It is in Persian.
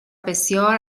بسیار